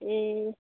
ए